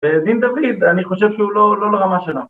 ו.. ‫דין דוד, אני חושב שהוא לא, לא לרמה שלו.